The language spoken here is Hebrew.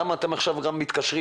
למה אתם עכשיו מתקשרים,